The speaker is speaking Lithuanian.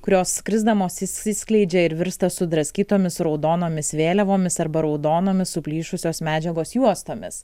kurios skrisdamos išsiskleidžia ir virsta sudraskytomis raudonomis vėliavomis arba raudonomis suplyšusios medžiagos juostomis